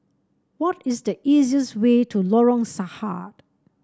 what is the easiest way to Lorong Sarhad